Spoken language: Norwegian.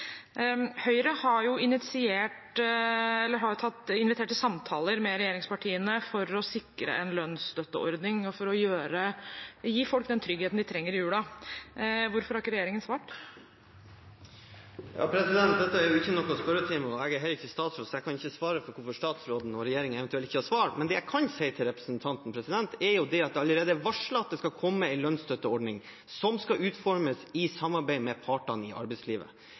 Høyre har invitert til samtaler med regjeringspartiene for å sikre en lønnsstøtteordning, og for å gi folk den tryggheten de trenger i julen. Hvorfor har ikke regjeringen svart? Dette er ikke en spørretime, og jeg er heller ikke statsråd, så jeg kan ikke svare på hvorfor statsråden eller regjeringen eventuelt ikke har svart. Men det jeg kan si til representanten, er at det allerede er varslet at det skal komme en lønnsstøtteordning som skal utformes i samarbeid med partene i arbeidslivet.